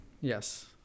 Yes